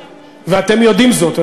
ואתם יודעים זאת.